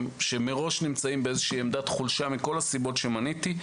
שמראש נמצאים באיזושהי עמדת חולשה מכל הסיבות שמניתי,